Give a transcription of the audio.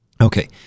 Okay